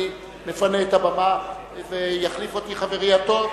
אני מפנה את הבמה ויחליף אותי חברי הטוב,